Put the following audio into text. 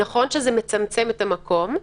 נכון שזה מצמצם את המקום,